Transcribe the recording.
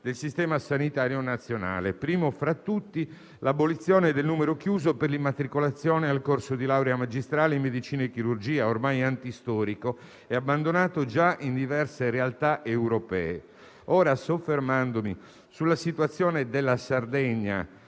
del Sistema sanitario nazionale, a partire dall'abolizione del numero chiuso per l'immatricolazione al corso di laurea magistrale in medicina e chirurgia, ormai antistorico e abbandonato già in diverse realtà europee. Ora, soffermandomi sulla situazione della Sardegna,